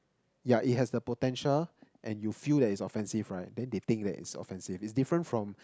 yeah it has the potential and you feel that is offensive right then they think that is offensive is different from